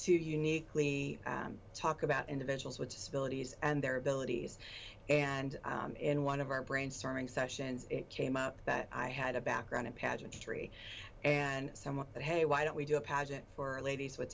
to uniquely talk about individuals with disabilities and their abilities and in one of our brainstorming sessions it came out that i had a background in pageantry and someone that hey why don't we do a pageant for ladies with